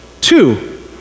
Two